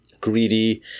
greedy